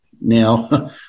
Now